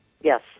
yes